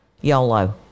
YOLO